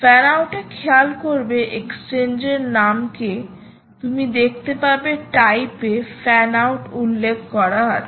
fan out এ খেয়াল করবে এক্সচেঞ্জের নাম কে তুমি দেখতে পাবে টাইপ এ ফ্যান আউট উল্লেখ করা আছে